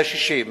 זה 60,